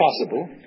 possible